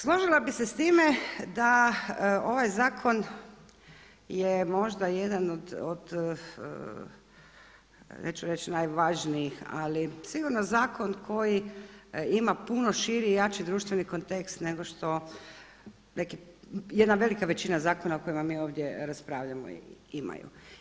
Složila bih se s time da ovaj zakon je možda jedan od neću reći najvažnijih, ali sigurno zakon koji ima puno širi i jači društveni kontekst nego što jedna velika većina zakona o kojima mi ovdje raspravljamo imaju.